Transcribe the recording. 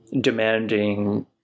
demanding